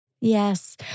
Yes